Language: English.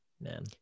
man